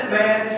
man